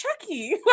Chucky